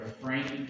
frank